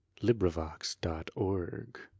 LibriVox.org